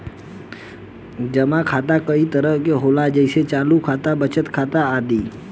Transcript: जमा खाता कई तरह के होला जेइसे चालु खाता, बचत खाता आदि